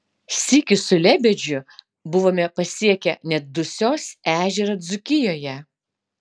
sykį su lebedžiu buvome pasiekę net dusios ežerą dzūkijoje